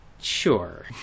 Sure